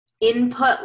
input